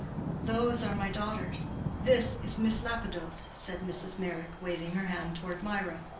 those are my daughters this is miss lapidoth, said mrs. meyrick, waving her hand toward mirah.